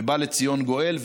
ובא לציון גואל,